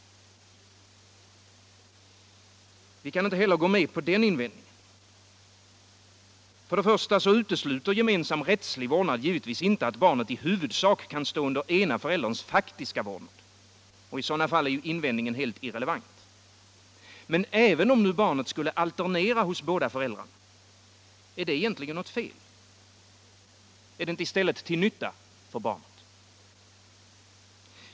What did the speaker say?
Vi kan inte heller gå med på den invändningen. Den gemensamma rättsliga vårdnaden utesluter givetvis inte att barnet i huvudsak kan stå under ena förälderns faktiska vårdnad. I sådana fall är invändningen helt irrelevant. Men även om nu barnet skulle alternera hos båda föräldrarna — är det egentligen något fel? Är det inte i stället till nytta för barnet?